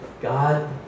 God